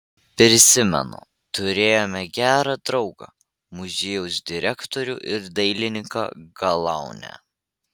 prisimenu turėjome gerą draugą muziejaus direktorių ir dailininką galaunę